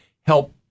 help